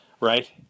right